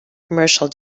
commercial